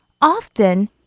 Often